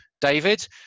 david